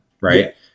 right